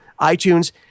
iTunes